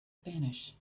spanish